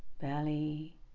belly